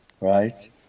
right